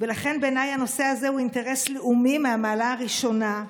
ולכן בעיניי הנושא הזה הוא אינטרס לאומי מהמעלה הראשונה,